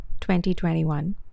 2021